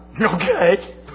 okay